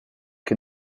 che